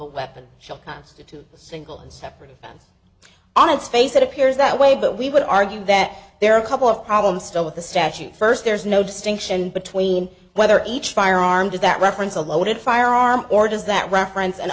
a weapon shall constitute a single and separate event on its face it appears that way but we would argue that there are a couple of problems with the statute first there's no distinction between whether each firearm does that reference a loaded firearm or does that reference and